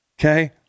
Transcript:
okay